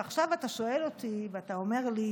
ועכשיו אתה שואל אותי ואתה אומר לי: